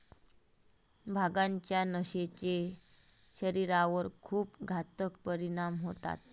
भांगाच्या नशेचे शरीरावर खूप घातक परिणाम होतात